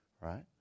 right